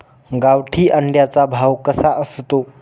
गावठी अंड्याचा भाव कसा असतो?